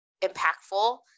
impactful